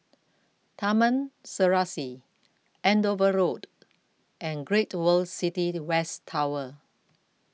Taman Serasi Andover Road and Great World City West Tower